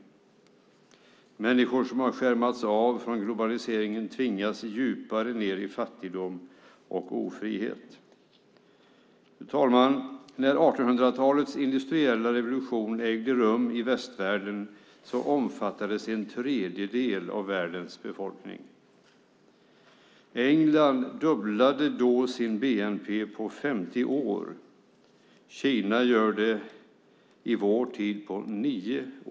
Människor som skärmas av från globaliseringen tvingas djupare ned i fattigdom och ofrihet. När 1800-talets industriella revolution ägde rum i västvärlden omfattades en tredjedel av världens befolkning. England dubblade då sin bnp på 50 år. Kina gör det i vår tid på 9 år.